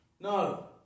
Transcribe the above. No